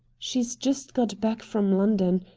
she's just got back from london.